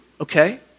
okay